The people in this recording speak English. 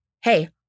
Hey